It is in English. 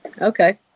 Okay